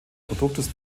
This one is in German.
produktes